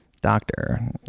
doctor